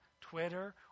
Twitter